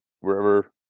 wherever